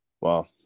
Wow